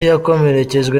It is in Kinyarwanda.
yakomerekejwe